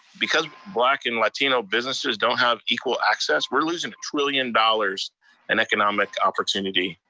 because black and latino businesses don't have equal access, we're losing a trillion dollars in economic opportunity,